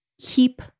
keep